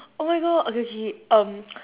oh my god okay okay um